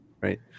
right